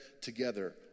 together